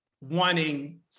wanting